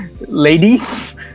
Ladies